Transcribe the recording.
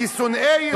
כשונאי ישראל,